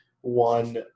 one